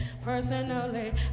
personally